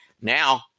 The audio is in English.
Now